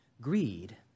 Greed